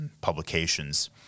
publications